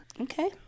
okay